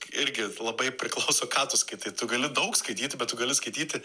irgi labai priklauso ką tu skaitai tu gali daug skaityti bet tu gali skaityti